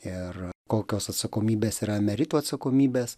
ir kokios atsakomybės yra emeritų atsakomybės